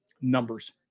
numbers